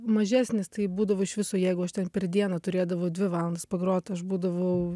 mažesnis tai būdavo iš viso jeigu aš ten per dieną turėdavau dvi valandas pagrot aš būdavau